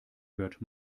hört